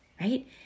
right